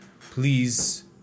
please